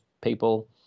people